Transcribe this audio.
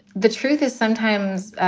the truth is sometimes